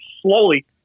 slowly